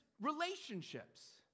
relationships